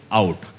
out